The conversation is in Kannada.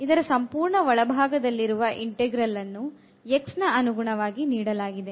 ಇದರ ಸಂಪೂರ್ಣ ಒಳಭಾಗದಲ್ಲಿರುವ ಇಂಟೆಗ್ರಲ್ ಅನ್ನು x ನ ಅನುಗುಣವಾಗಿ ನೀಡಲಾಗಿದೆ